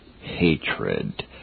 hatred